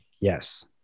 Yes